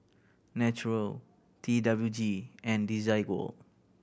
Naturel T W G and Desigual